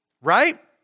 Right